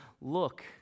look